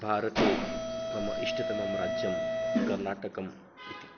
भारते मम इष्टतमं राज्यं कर्नाटकम् इति